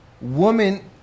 woman